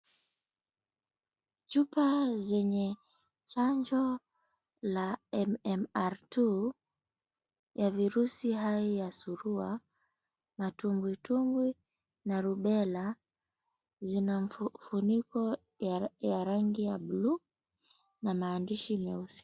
Cheap zenye chanjo ya MMR2 ya virusi haya ya surua, matumbwi tumbwi na rubela, zinakifuniko ya rangi ya buluu na maandishi nyeusi.